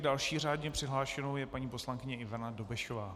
Další řádně přihlášenou je paní poslankyně Ivana Dobešová.